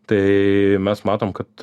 tai mes matom kad